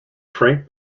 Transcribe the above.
frank